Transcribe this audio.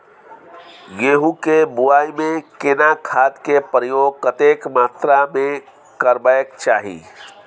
गेहूं के बुआई में केना खाद के प्रयोग कतेक मात्रा में करबैक चाही?